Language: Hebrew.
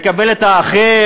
לקבל את האחר?